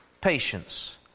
Patience